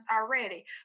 already